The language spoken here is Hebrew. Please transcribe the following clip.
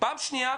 פעם שנייה,